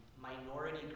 minority